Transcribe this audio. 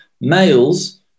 males